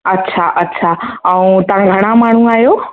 अच्छा अच्छा ऐं तव्हां घणा माण्हू आहियो